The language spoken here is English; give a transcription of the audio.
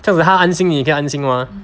这样子他安心你也可以安心 mah